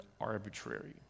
arbitrary